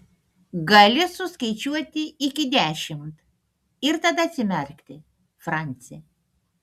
gali suskaičiuoti iki dešimt ir tada atsimerkti franci